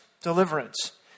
deliverance